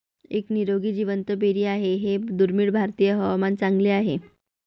एक निरोगी जिवंत बेरी आहे हे दुर्मिळ भारतीय हवामान चांगले आहे